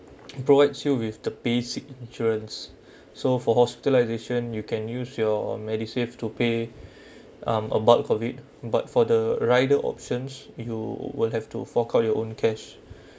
provides you with the basic insurance so for hospitalisation you can use your medisave to pay um about COVID but for the rider options you will have to fork out your own cash